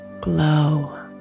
glow